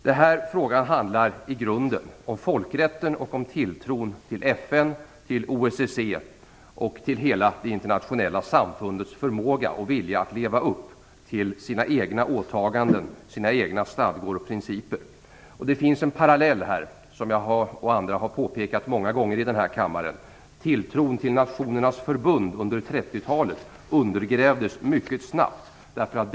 Den här frågan handlar i grunden om folkrätten och tilltron till FN, OSSE och hela det internationella samfundets förmåga och vilja att leva upp till sina egna åtaganden, stadgor och principer. Det finns en parallell, som jag och andra har påpekat många gånger i den här kammaren. Tilltron till Nationernas förbund under 30-talet undergrävdes mycket snabbt.